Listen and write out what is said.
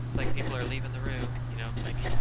like people are leaving the room, you know, like.